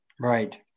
Right